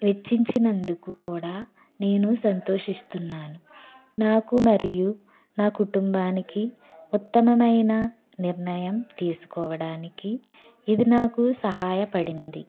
వెచ్చించినందుకు కూడా నేను సంతోషిస్తున్నాను నాకు మరియు నా కుటుంబానికి ఉత్తమమైన నిర్ణయం తీసుకోవడానికి ఇది నాకు సహాయపడింది